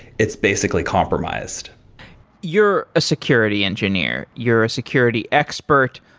it's basically compromised you're a security engineer. you're a security expert.